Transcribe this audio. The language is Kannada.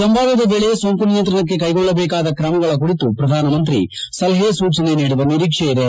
ಸಂವಾದದ ವೇಳೆ ಸೋಂಕು ನಿಯಂತ್ರಣಕ್ಕೆ ಕೈಗೊಳ್ಳಬೇಕಾದ ಕ್ರಮಗಳ ಕುರಿತು ಪ್ರಧಾನಮಂತ್ರಿ ಸಲಹೆ ಸೂಚನೆ ನೀಡುವ ನಿರೀಕ್ಷೆ ಇದೆ